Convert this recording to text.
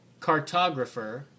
Cartographer